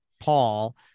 paul